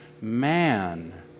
man